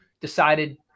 decided